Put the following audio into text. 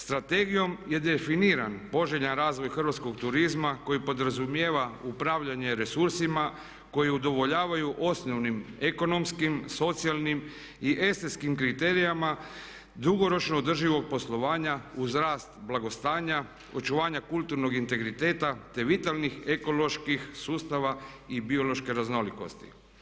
Strategijom je definiran poželjan razvoj hrvatskog turizma koji podrazumijeva upravljanje resursima koji udovoljavaju osnovnim ekonomskim, socijalnim i estetskim kriterijima dugoročno održivog poslovanja uz rast blagostanja, očuvanja kulturnog integriteta te vitalnih ekoloških sustava i biološke raznolikosti.